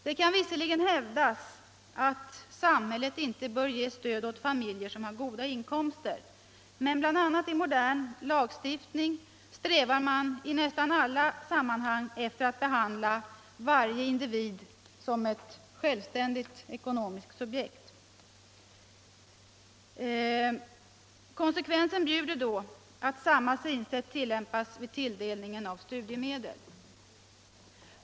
Det kan vis serligen hävdas att samhället inte bör ge stöd åt familjer som har goda inkomster, men i modern lagstiftning strävar man i nästan alla andra sammanhang efter att behandla varje individ som ett självständigt ekonomiskt subjekt. Konsekvensen bjuder då att samma synsätt tillämpas vid tilldelning av studiemedel.